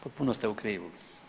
Potpuno ste u krivu.